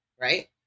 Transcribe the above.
right